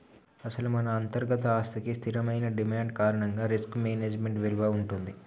అసలు మన అంతర్గత ఆస్తికి స్థిరమైన డిమాండ్ కారణంగా రిస్క్ మేనేజ్మెంట్ విలువ ఉంటుంది